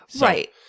Right